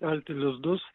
kelti lizdus